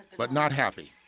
but not happy.